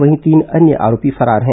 वहीं तीन अन्य आरोपी फरार हैं